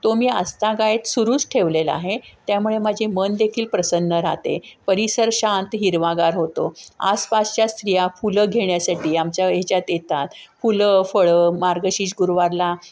तो मी आजतागायत सुरूच ठेवलेला आहे त्यामुळे माझे मनदेखील प्रसन्न राहते परिसर शांत हिरवागार होतो आसपासच्या स्त्रिया फुलं घेण्यासाठी आमच्या याच्यात येतात फुलं फळं मार्गशीर्ष गुरुवारला